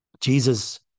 Jesus